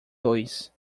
dois